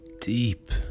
deep